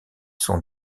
sont